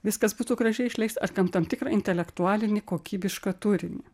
viskas būtų gražiai išleista ar ten tam tikrą intelektualinį kokybišką turinį